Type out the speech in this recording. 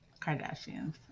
kardashians